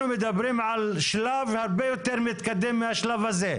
מדברים על שלב הרבה יותר מתקדם מהשלב הזה.